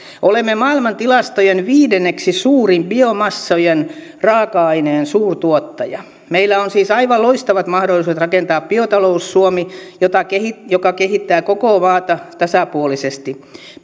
olemme maailman tilastojen viidenneksi suurin biomassojen raaka aineen suurtuottaja meillä on siis aivan loistavat mahdollisuudet rakentaa biotalous suomi joka kehittää koko maata tasapuolisesti